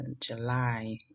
July